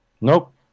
Nope